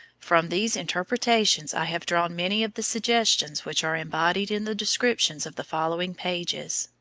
from these interpretations i have drawn many of the suggestions which are embodied in the descriptions of the following pages.